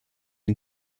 den